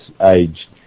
age